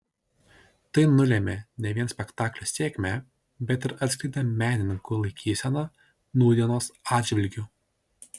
tai nulėmė ne vien spektaklio sėkmę bet ir atskleidė menininkų laikyseną nūdienos atžvilgiu